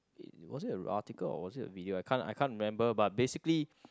was it a article or was it a video I can't I can't remember but basically